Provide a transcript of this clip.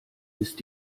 ist